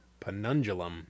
Penundulum